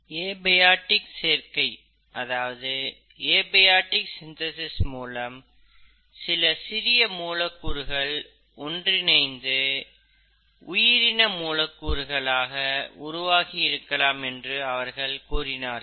abiotic சேர்க்கை மூலம் சில சிறிய மூலக்கூறுகள் ஒன்றிணைந்து உயிரின மூலக்கூறுகள் உருவாகி இருக்கலாம் என்று அவர்கள் கூறுகிறார்கள்